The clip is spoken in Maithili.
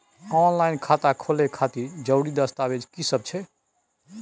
ऑनलाइन खाता खोले खातिर जरुरी दस्तावेज की सब छै?